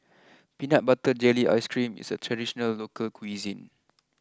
Peanut Butter Jelly Ice cream is a traditional local cuisine